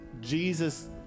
Jesus